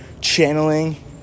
channeling